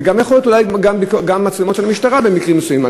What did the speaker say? וגם יכול להיות אולי מצלמות של המשטרה במקרים מסוימים,